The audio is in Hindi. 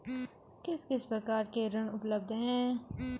किस किस प्रकार के ऋण उपलब्ध हैं?